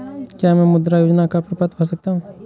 क्या मैं मुद्रा योजना का प्रपत्र भर सकता हूँ?